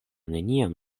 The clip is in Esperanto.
neniam